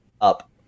up